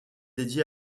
dédié